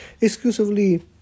exclusively